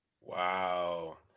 Wow